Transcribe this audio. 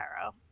Arrow